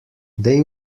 they